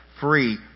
free